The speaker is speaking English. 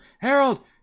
Harold